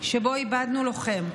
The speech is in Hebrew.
שבו איבדנו לוחם,